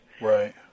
Right